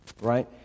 Right